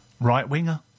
Right-winger